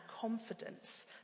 confidence